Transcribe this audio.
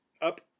up